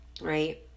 right